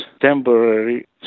temporary